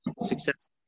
Success